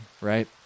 right